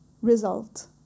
result